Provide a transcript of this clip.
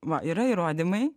va yra įrodymai